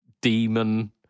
demon